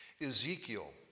Ezekiel